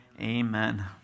Amen